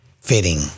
fitting